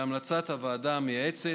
בהמלצת הוועדה המייעצת.